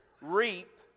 reap